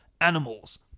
animals